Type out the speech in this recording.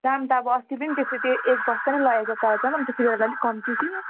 दाम त अब अस्ति त्यो एक बस्ता नै लगेको कालो चामल त्यति बेला अलिक कम्ती थियो